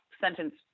sentence